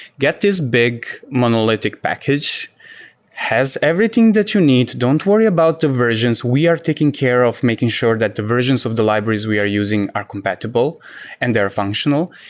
get this big monolithic package. it has everything that you need. don't worry about the versions. we are taking care of making sure that the versions of the libraries we are using are compatible and they're functional.